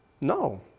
No